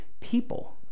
people